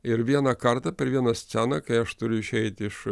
ir vieną kartą per vieną sceną kai aš turiu išeiti iš